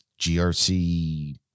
GRC